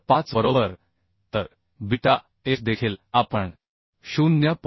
5 बरोबर तर beta f देखील आपण 0